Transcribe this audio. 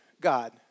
God